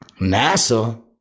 NASA